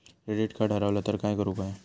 Credit card हरवला तर काय करुक होया?